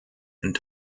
and